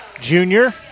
junior